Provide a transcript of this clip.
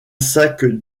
sac